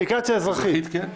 כן.